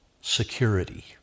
security